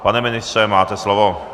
Pane ministře, máte slovo.